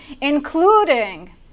including